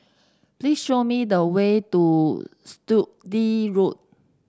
please show me the way to Sturdee Road